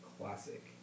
Classic